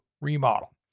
remodel